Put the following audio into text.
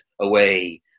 away